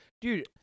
Dude